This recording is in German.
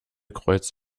kreuz